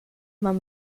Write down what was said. man